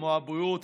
כמו הבריאות,